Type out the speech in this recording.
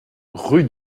rue